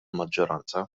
maġġoranza